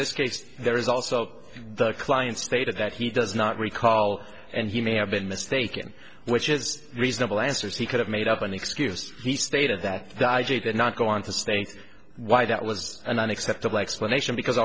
this case there is also the client stated that he does not recall and he may have been mistaken which is reasonable answers he could have made up an excuse he stated that he did not go on to state why that was an unacceptable explanation because